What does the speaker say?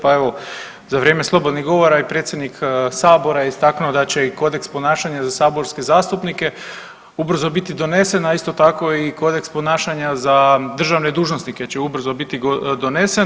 Pa evo za vrijeme slobodnih govora i predsjednik sabora je istaknuo da će i kodeks ponašanja za saborske zastupnike ubrzo biti donesen, a isto tako i kodeks ponašanja za državne dužnosnike će ubrzo biti donesen.